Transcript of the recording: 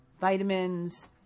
vitamins